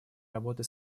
работы